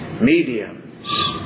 mediums